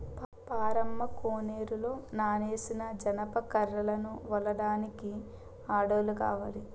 పారమ్మ కోనేరులో నానేసిన జనప కర్రలను ఒలడానికి ఆడోల్లు కావాల